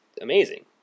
amazing